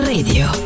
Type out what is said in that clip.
Radio